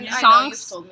songs